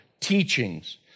teachings